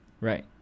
Right